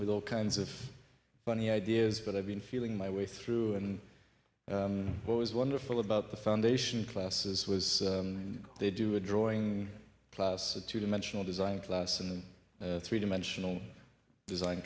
with all kinds of funny ideas but i've been feeling my way through and what was wonderful about the foundation classes was they do a drawing class a two dimensional design class and three dimensional design